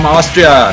Austria